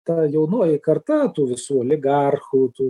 ta jaunoji karta tų visų oligarchų tų